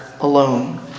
alone